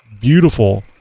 beautiful